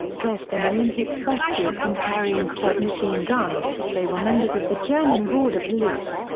dressed in olympic sweatsuits and carrying sub-machine guns, they were members of the german border-police.